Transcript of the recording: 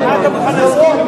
זה לא נכון.